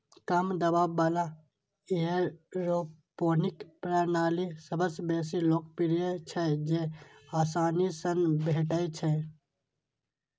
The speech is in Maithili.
कम दबाव बला एयरोपोनिक प्रणाली सबसं बेसी लोकप्रिय छै, जेआसानी सं भेटै छै